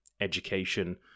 education